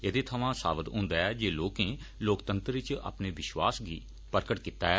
एदे थवां साबत होंदा ऐ जे लोकें लोकतंत्र च अपने विश्वास गी प्रकट कीता ऐ